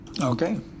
Okay